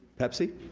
pepsi?